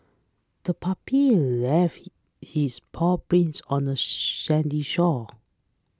the puppy left his paw prints on the sandy shore